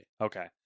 Okay